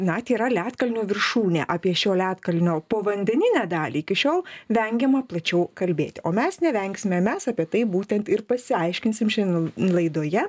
net yra ledkalnio viršūnė apie šio ledkalnio povandeninę dalį iki šiol vengiama plačiau kalbėti o mes nevengsime mes apie tai būtent ir pasiaiškinsim šiandien laidoje